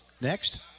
next